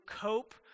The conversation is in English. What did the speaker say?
cope